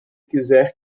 quiser